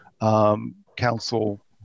council